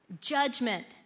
judgment